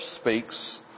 speaks